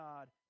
God